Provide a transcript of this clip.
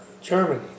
Germany